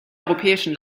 europäischen